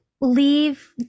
leave